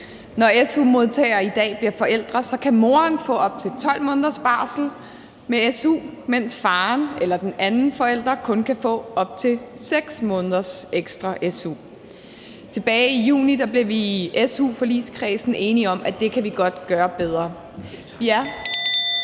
Når su-modtagere i dag bliver forældre, kan moren få op til 12 måneders barsel med su, mens faren eller den anden forælder kun kan få op til 6 måneders ekstra su. Tilbage i juni blev vi i su-forligskredsen enige om, at det kan vi godt gøre bedre ...